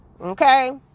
okay